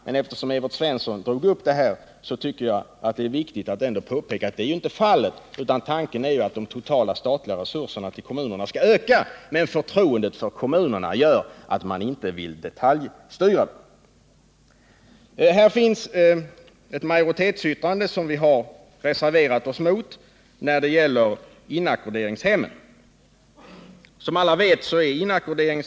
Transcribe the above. Men eftersom Evert Svensson tog upp den frågan ansåg jag det viktigt att påpeka att så inte var fallet. Tanken är att de statliga resurserna till kommunerna skall öka, men förtroendet för kommunerna gör att man inte vill detaljstyra vad pengarna skall användas till. Beträffande inackorderingshemmen finns ett majoritetsyttrande som vi har reserverat oss mot.